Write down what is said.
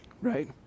right